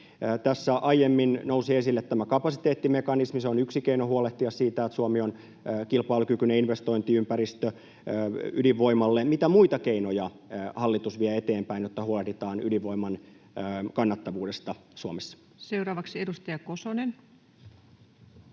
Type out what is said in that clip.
nousi aiemmin esille kapasiteettimekanismi. Se on yksi keino huolehtia siitä, että Suomi on kilpailukykyinen investointiympäristö ydinvoimalle. Mitä muita keinoja hallitus vie eteenpäin, jotta huolehditaan ydinvoiman kannattavuudesta Suomessa? Seuraavaksi edustaja Kosonen.